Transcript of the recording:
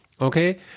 okay